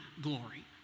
glory